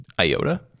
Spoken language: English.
IOTA